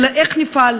אלא איך נפעל,